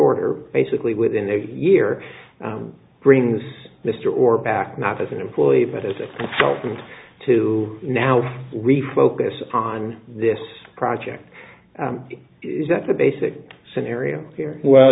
order basically within a year brings mr or back not as an employee but as a consultant to now refocus on this project is that the basic scenario here well